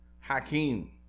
Hakeem